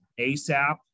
ASAP